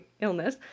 illness